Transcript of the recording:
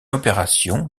opération